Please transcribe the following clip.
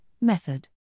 method